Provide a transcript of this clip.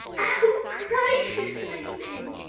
oh gracious me, mim,